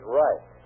right